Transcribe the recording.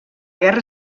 guerra